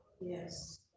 Yes